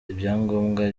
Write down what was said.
ibyangombwa